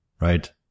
right